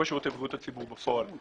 ראש שירותי בריאות הציבור בפועל.